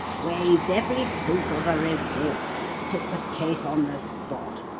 waived every hope of a reward, and took the case on the spot.